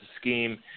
scheme